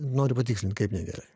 noriu patikslint kaip negerai